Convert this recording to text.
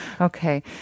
Okay